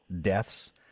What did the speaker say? deaths